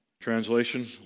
translation